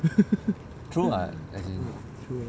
true [what] as in